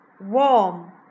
warm